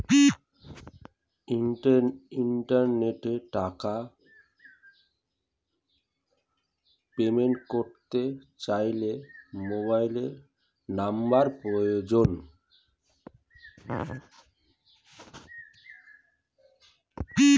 ইন্টারনেটে টাকা পেমেন্ট করতে চাইলে মোবাইল নম্বর প্রয়োজন